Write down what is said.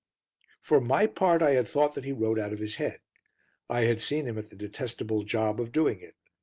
for my part i had thought that he wrote out of his head i had seen him at the detestable job of doing it.